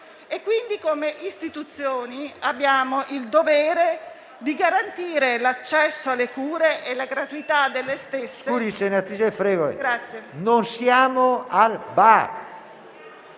Quindi, come istituzioni abbiamo il dovere di garantire l'accesso alle cure e la gratuità delle stesse.